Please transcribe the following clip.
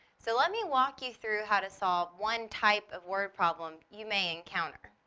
so, let me walk you through how to solve one type of word problem you may encounter.